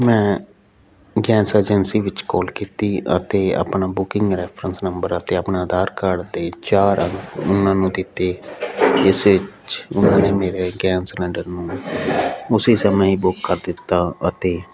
ਮੈਂ gas agency ਵਿੱਚ call ਕੀਤੀ ਅਤੇ ਆਪਣਾ ਬੁਕਿੰਗ ਰੈਫਰੰਸ ਨੰਬਰ ਅਤੇ ਆਪਣਾ ਆਧਾਰ ਕਾਰਡ 'ਤੇ ਚਾਰ ਅੰਕ ਉਹਨਾਂ ਨੂੰ ਦਿੱਤੇ ਇਸੇ 'ਚ ਉਹਨਾਂ ਨੇ ਮੇਰੇ ਗੈਸ ਸਿਲੰਡਰ ਨੂੰ ਉਸੇ ਸਮੇਂ ਹੀ ਬੁੱਕ ਕਰ ਦਿੱਤਾ ਅਤੇ